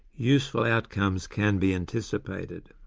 useful outcomes can be anticipated.